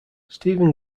steven